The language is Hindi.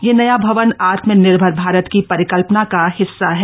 यह नया भवन आत्मनिर्भर भारत की परिकल्पना का हिस्सा है